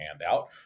handout